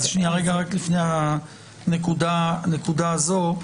לפני הנקודה הזאת.